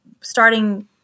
starting